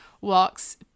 walks